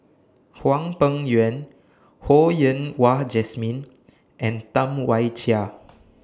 Hwang Peng Yuan Ho Yen Wah Jesmine and Tam Wai Jia